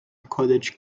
college